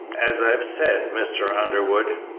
as i have said, mr. underwood,